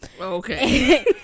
Okay